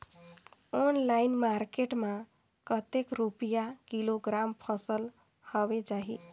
Online market मां कतेक रुपिया किलोग्राम फसल हवे जाही?